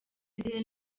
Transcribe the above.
izihe